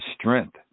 strength